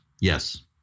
Yes